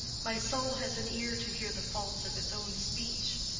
my soul has an ear to hear the faults of its own speech.